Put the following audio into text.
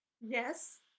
Yes